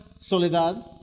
Soledad